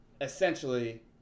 essentially